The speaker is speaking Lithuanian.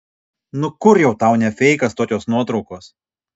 nu kur jau tau ne feikas tokios nuotraukos